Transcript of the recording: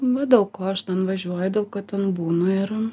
va dėl ko aš ten važiuoju dėl ko ten būnu ir